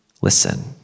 Listen